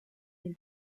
del